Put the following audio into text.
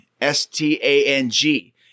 S-T-A-N-G